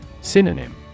Synonym